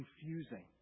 confusing